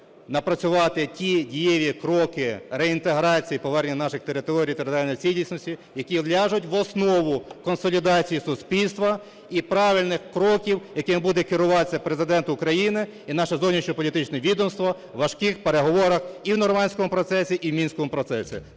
напрацювати ті дієві кроки реінтеграції повернення наших територій і територіальної цілісності, які ляжуть в основу консолідації суспільства і правильних кроків, якими буде керуватися Президент України і наше зовнішньополітичне відомство у важких переговорах і в норманському процесі, і в мінському процесі.